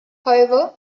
however